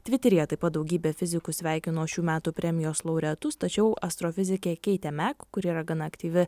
tviteryje taip pat daugybė fizikų sveikino šių metų premijos laureatus tačiau astrofizikė keitė mek kuri yra gana aktyvi